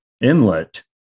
inlet